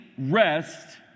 rest